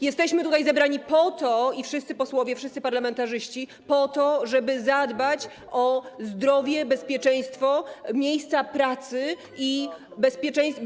Jesteśmy tutaj zebrani - wszyscy posłowie, wszyscy parlamentarzyści - po to, żeby zadbać o zdrowie, bezpieczeństwo, miejsca pracy i bezpieczne.